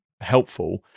helpful